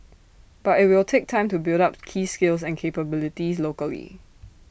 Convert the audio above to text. but IT will take time to build up key skills and capabilities locally